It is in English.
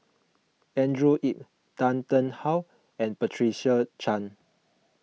Andrew Yip Tan Tarn How and Patricia Chan